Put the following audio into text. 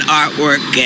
artwork